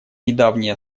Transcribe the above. недавнее